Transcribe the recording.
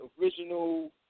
original